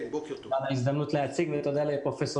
תודה על ההזדמנות להציג ותודה לפרופ'